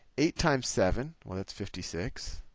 eight times seven well that's fifty six.